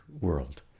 world